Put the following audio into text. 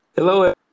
Hello